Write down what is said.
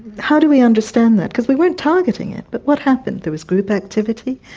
how do we understand that? because we weren't targeting it, but what happened? there was group activity,